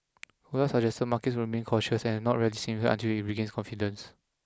Colas suggested markets would remain cautious and not rally significantly until it regains confidence